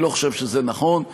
אני לא חושב שזה נכון.